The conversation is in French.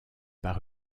par